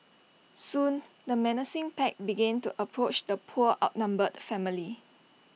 soon the menacing pack began to approach the poor outnumbered family